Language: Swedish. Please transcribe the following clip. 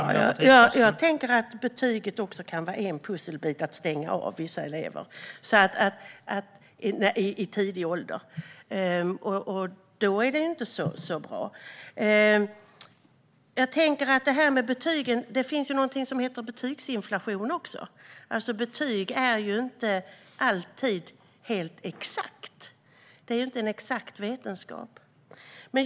Herr talman! Jag tänker att betyget också kan vara en pusselbit i att stänga av vissa elever i tidig ålder, och då är det ju inte så bra. När det gäller betyg tänker jag på att det också finns någonting som heter betygsinflation. Betyg är ingen exakt vetenskap.